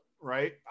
Right